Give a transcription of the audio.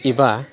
एबा